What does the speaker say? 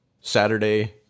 Saturday